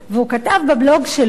הוא כתב בבלוג שלו